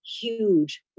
huge